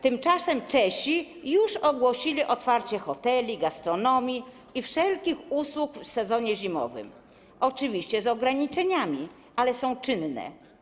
Tymczasem Czesi już ogłosili otwarcie hoteli, gastronomii i wszelkich usług w sezonie zimowym, oczywiście z ograniczeniami, ale są czynne.